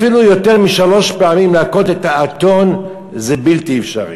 אפילו להכות את האתון יותר משלוש פעמים זה בלתי אפשרי.